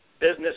business